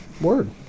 word